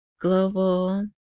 global